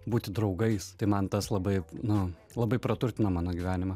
būti draugais tai man tas labai nu labai praturtino mano gyvenimą